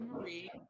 Marie